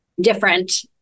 different